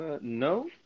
no